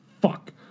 fuck